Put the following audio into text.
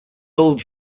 old